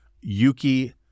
yuki